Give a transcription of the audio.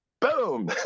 Boom